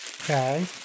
okay